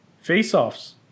face-offs